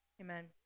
Amen